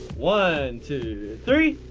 one, two, three.